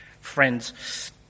Friends